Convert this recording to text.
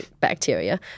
bacteria